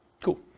Cool